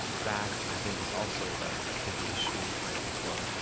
that, i think, is also a tricky issue, i think, for,